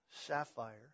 sapphire